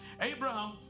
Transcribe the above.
Abraham